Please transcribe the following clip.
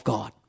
God